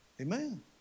Amen